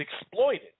exploited